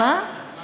הוא